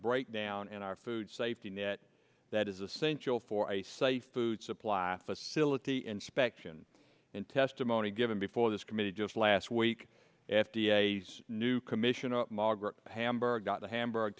breakdown in our food safety net that is essential for a safe food supply facility inspection in testimony given before this committee just last week f d a new commissioner margaret hamburg got to hamburg